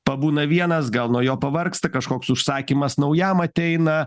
pabūna vienas gal nuo jo pavargsta kažkoks užsakymas naujam ateina